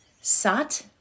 sat